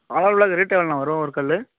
ஆலோ block rate எவ்வளோண்ணா வரும் ஒரு கல்